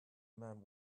man